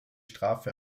strafe